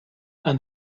aan